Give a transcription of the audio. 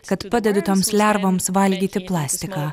kad padedu toms lervoms valgyti plastiką